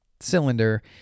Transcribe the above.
cylinder